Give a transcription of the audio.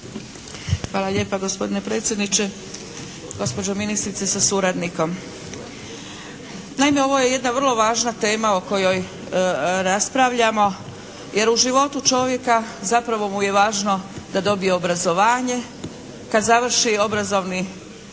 Hvala lijepa. Gospodine predsjedniče, gospođo ministrice sa suradnikom. Naime, ovo je jedna vrlo važna tema o kojoj raspravljamo jer u životu čovjeka zapravo mu je važno da dobije obrazovanje, kad završi obrazovni proces